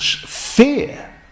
fear